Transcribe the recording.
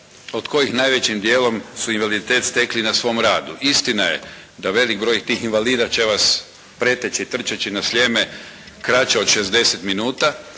od kojih najvećim djelom su invaliditet stekli na svom radu. Istina je da velik broj tih invalida će vas preteći trčeći na Sljeme kraće od 60 minuta,